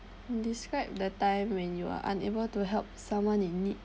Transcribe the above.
describe the time when you are unable to help someone in need